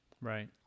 right